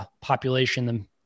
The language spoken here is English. population